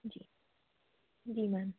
जी जी मैम